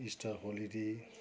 Easter holiday